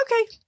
Okay